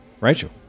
Rachel